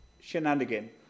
shenanigan